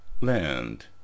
land